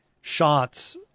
shots